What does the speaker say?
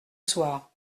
soir